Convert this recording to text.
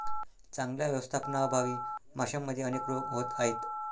चांगल्या व्यवस्थापनाअभावी माशांमध्ये अनेक रोग होत आहेत